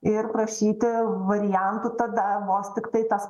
ir prašyti variantų tada vos tiktai tas